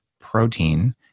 protein